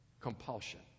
compulsion